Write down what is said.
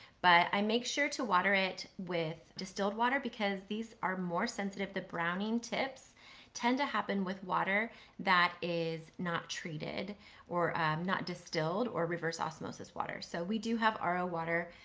but, i make sure to water it with distilled water because these are more sensitive. the browning tips tend to happen with water that is not treated or not distilled or reverse osmosis water. so we do have ro ah water.